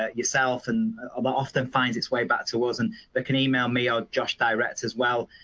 ah yourself and about often finds its way back to wasn't that can email me or josh directs as well,